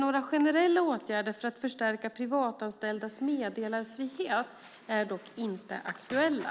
Några generella åtgärder för att förstärka privatanställdas meddelarfrihet är dock inte aktuella.